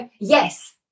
yes